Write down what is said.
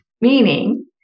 Meaning